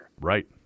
Right